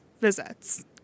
visits